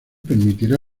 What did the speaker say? permitía